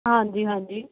ਹਾਂਜੀ ਹਾਂਜੀ